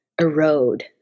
erode